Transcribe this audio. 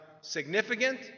significant